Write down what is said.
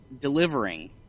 delivering